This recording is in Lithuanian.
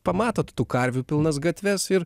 pamatot tų karvių pilnas gatves ir